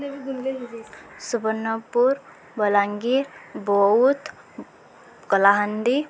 Subarnapur Balangir Boudh Kalahandi